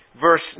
verse